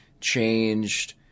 changed